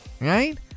right